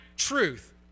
truth